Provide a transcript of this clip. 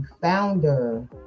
founder